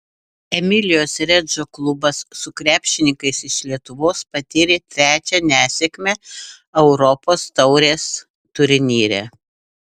emilijos redžo klubas su krepšininkais iš lietuvos patyrė trečią nesėkmę europos taurės turnyre